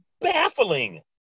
baffling